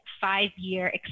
five-year